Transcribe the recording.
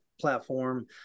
platform